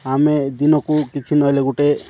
ଆମେ ଦିନକୁ କିଛି ନ ହେଲେ ଗୋଟେ